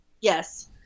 yes